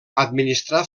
administrar